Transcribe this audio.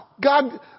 God